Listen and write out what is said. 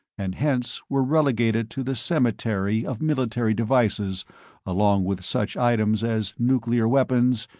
and hence were relegated to the cemetery of military devices along with such items as nuclear weapons,